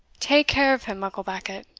take care of him, mucklebackit.